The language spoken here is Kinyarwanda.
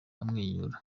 amwenyura